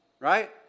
Right